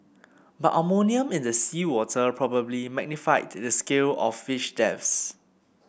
but ammonia in the seawater probably magnified the scale of fish deaths